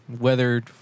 weathered